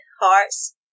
hearts